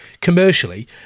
commercially